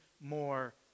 more